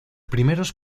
primeros